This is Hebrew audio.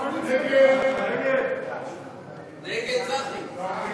אחמד טיבי, עאידה תומא סלימאן,